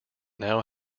now